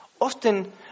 Often